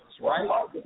right